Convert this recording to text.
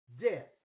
Death